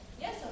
Yes